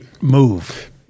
move